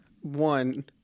One